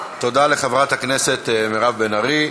תודה לחברת הכנסת מירב בן ארי.